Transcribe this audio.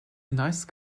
nice